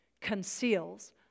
conceals